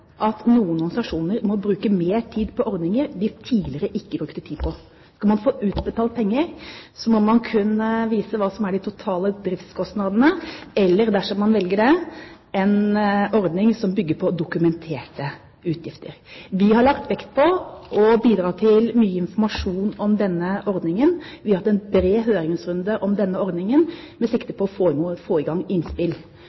at noen organisasjoner må bruke mer tid på ordninger de tidligere ikke brukte tid på. Skal man få utbetalt penger, må man kunne vise til hva som er de totale driftskostnadene, eller dersom man velger det: en ordning som bygger på dokumenterte utgifter. Vi har lagt vekt på å bidra til mye informasjon om denne ordningen. Vi har hatt en bred høringsrunde om denne ordningen med sikte